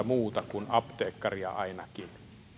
muuta kuin apteekkaria